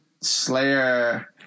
Slayer